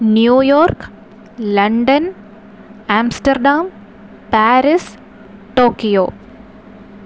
New York London Amsterdam Paris Tokyo